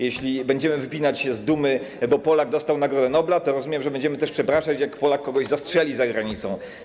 Jeśli będziemy wypinać się z dumy, że Polak dostał Nagrodę Nobla, to rozumiem, że będziemy też przepraszać, jak Polak kogoś zastrzeli za granicą.